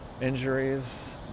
injuries